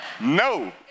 No